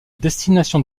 destination